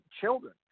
children